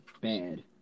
bad